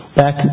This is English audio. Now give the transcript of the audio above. back